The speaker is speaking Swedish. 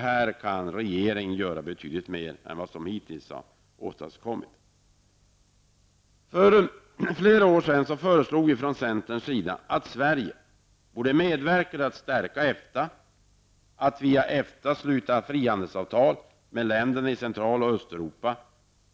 Här kan regeringen göra betydligt mer än vad som hittills har åstadkommits. För flera år sedan föreslog centern att Sverige -- borde medverka till att stärka EFTA, -- via EFTA borde sluta frihandelsavtal med länderna i Central och Östeuropa,